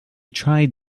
tried